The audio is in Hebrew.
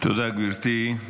תודה, גברתי.